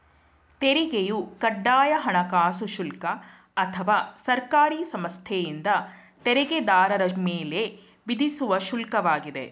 ತೆರಿಗೆಯು ಕಡ್ಡಾಯ ಹಣಕಾಸು ಶುಲ್ಕ ಅಥವಾ ಸರ್ಕಾರಿ ಸಂಸ್ಥೆಯಿಂದ ತೆರಿಗೆದಾರರ ಮೇಲೆ ವಿಧಿಸುವ ಶುಲ್ಕ ವಾಗಿದೆ